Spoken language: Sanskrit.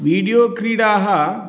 वीडियो क्रीडाः